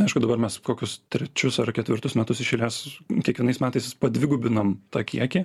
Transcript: aišku dabar mes kokius trečius ar ketvirtus metus iš eilės kiekvienais metais padvigubinom tą kiekį